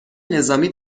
نظامی